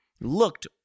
looked